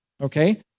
Okay